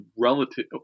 relative